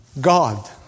God